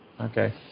Okay